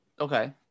Okay